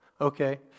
Okay